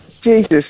Jesus